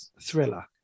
thriller